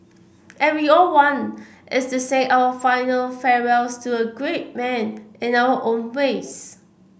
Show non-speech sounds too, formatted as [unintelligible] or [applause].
and we all one [unintelligible] to say our final farewells to a great man in our own ways